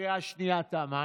השנייה תמה.